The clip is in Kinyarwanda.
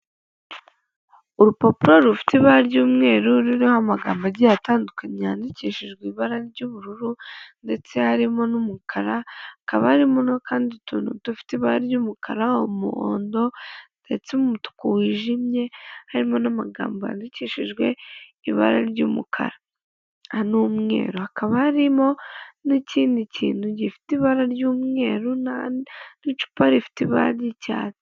Urupapuro rufite ibara ry'umweru ruriho amagambo agiye atandukanye yandikishijwe ibara ry'ubururu ndetse harimo n'umukara, hakaba harimo kandi utuntu dufite ibara ry'umukara, umuhondo ndetse umutuku wijimye, harimo n'amagambo yandikishijwe ibara ry'umukara n'umweru, hakaba harimo n'ikindi kintu gifite ibara ry'umweru n'icupa rifite ibara ry'icyatsi.